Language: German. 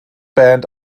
band